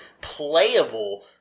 playable